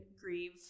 grieve